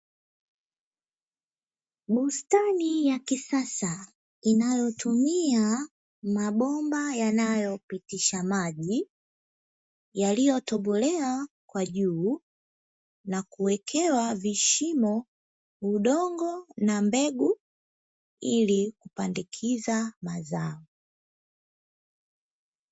Bustani ya kisasa inayotumia mabomba yanayopitisha maji, yaliyotobolewa kwa juu na kuwekewa vishimo, udongo na mbegu ili kupandikiza mazao.